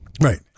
right